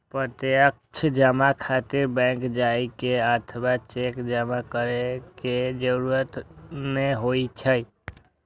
प्रत्यक्ष जमा खातिर बैंक जाइ के अथवा चेक जमा करै के जरूरत नै होइ छै